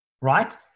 right